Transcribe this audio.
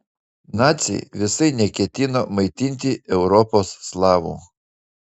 naciai visai neketino maitinti europos slavų